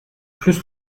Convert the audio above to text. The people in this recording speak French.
plus